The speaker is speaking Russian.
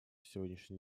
сегодняшней